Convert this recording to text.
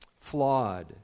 flawed